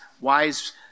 wise